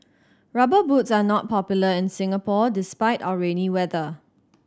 Rubber Boots are not popular in Singapore despite our rainy weather